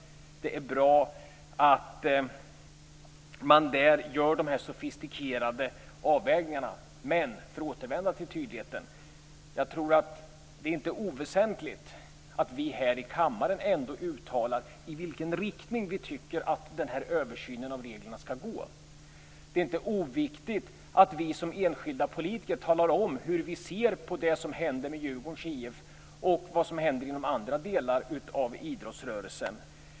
Det är bra att man gör de sofistikerade avvägningarna. För att återvända till tydligheten tror jag att det inte är oväsentligt att vi här i kammaren ändå uttalar i vilken riktning vi tycker att översynen av reglerna skall gå. Det är inte oviktigt att vi som enskilda politiker talar om hur vi ser på det som hände med Djurgårdens IF och vad som händer inom andra delar av idrottsrörelsen.